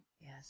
Yes